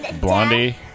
Blondie